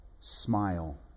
smile